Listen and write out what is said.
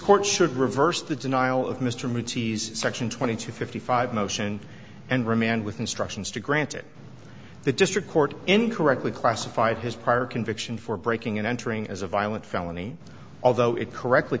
should reverse the denial of mr mitty's section twenty two fifty five motion and remand with instructions to granted the district court incorrectly classified his prior conviction for breaking and entering as a violent felony although it correctly